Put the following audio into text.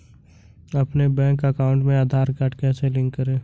अपने bank account में Aadhaar card कैसे लिंक करें?